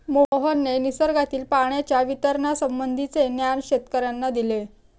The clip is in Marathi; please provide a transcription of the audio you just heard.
मोहनने निसर्गातील पाण्याच्या वितरणासंबंधीचे ज्ञान शेतकर्यांना दिले